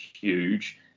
huge